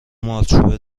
مارچوبه